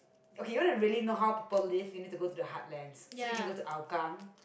okay you want to really know how people live you need to go to the heartlands so you can go to Hougang